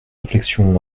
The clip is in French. réflexion